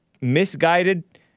misguided